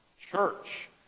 church